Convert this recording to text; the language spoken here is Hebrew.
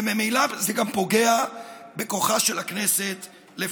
וממילא זה גם פוגע בכוחה של הכנסת לפקח.